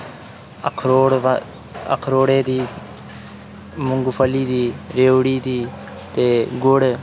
अखरोड़ अखरोड़ें दी मुंगफली दी रेयोडी दी ते गुड़